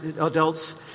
adults